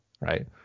right